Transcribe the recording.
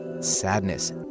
sadness